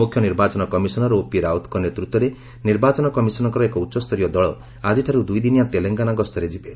ମୁଖ୍ୟ ନିର୍ବାଚନ commissioner O ରାଓ୍ୱତ୍ଙ୍କ ନେତୃତ୍ୱରେ ନିର୍ବାଚନ କମିଶନ୍ଙ୍କର ଏକ ଉଚ୍ଚସ୍ତରୀୟ ଦଳ ଆଜିଠାର୍ ଦୂଇଦିନିଆ ତେଲଙ୍ଗାନା ଗସ୍ତରେ ଯିବେ